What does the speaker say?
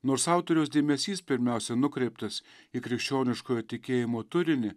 nors autoriaus dėmesys pirmiausia nukreiptas į krikščioniškojo tikėjimo turinį